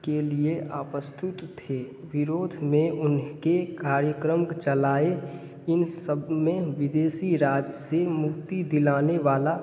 के लिए उपस्थित थे विरोध में उनके कार्यक्रम चलाए इन सब में विदेशी राज से मुक्ति दिलाने वाला